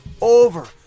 over